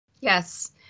Yes